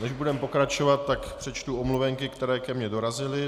Než budeme pokračovat, tak přečtu omluvenky, které ke mně dorazily.